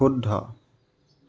শুদ্ধ